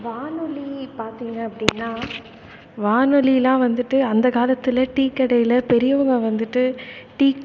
வானொலி பார்த்திங்க அப்படின்னா வானொலிலாம் வந்துட்டு அந்த காலத்தில் டீ கடையில் பெரியவங்க வந்துட்டு டீ